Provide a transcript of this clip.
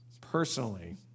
personally